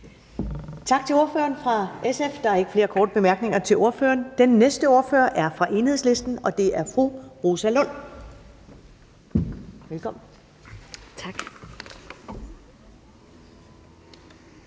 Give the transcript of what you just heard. Tak til ordføreren fra SF. Der er ikke flere korte bemærkninger til ordføreren. Den næste ordfører er fra Enhedslisten, og det er fru Rosa Lund. Velkommen. Kl.